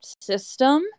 system